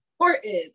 important